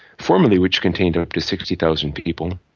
formally which contained up to sixty thousand people.